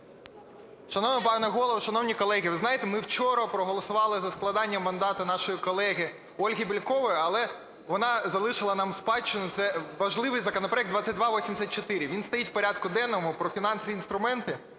шановні колеги! Ви знаєте, ми вчора проголосували за складання мандата нашої колеги Ольги Бєлькової, але вона залишила нам в спадщину цей важливий законопроект 2284. Він стоїть в порядку денному, про фінансові інструменти,